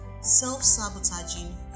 Self-sabotaging